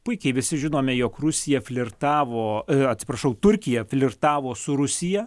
puikiai visi žinome jog rusija flirtavo atsiprašau turkija flirtavo su rusija